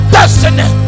destiny